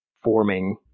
forming